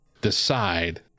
decide